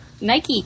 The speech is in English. Nike